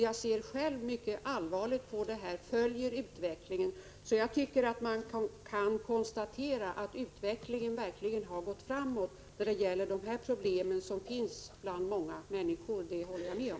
Jag ser mycket allvarligt på frågan och följer utvecklingen, så jag tycker man kan konstatera att utvecklingen verkligen har gått framåt då det gäller de här problemen. De finns bland många människor, det håller jag med om.